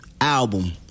album